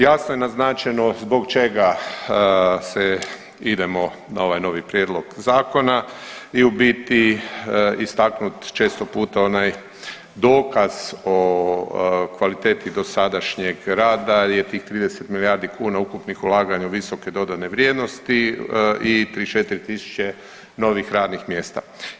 Jasno je naznačeno zbog čega se idemo na ovaj novi prijedlog zakona i u biti istaknut često puta onaj dokaz o kvaliteti dosadašnjeg rada je tih 30 milijardi kuna ukupnih ulaganja u visoke dodane vrijednosti i 34 tisuće novih radnih mjesta.